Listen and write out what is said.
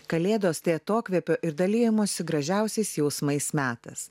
kalėdos tai atokvėpio ir dalijimosi gražiausiais jausmais metas